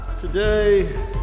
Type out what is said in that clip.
Today